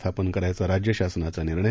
स्थापन करायचा राज्य शासनाचा निर्णय